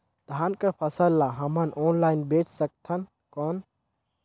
धान कर फसल ल हमन ऑनलाइन बेच सकथन कौन?